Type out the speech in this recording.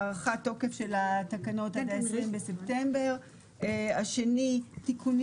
הארכת תוקף של התקנות עד ה-20 בספטמבר; 2. תיקונים